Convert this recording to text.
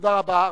תודה רבה.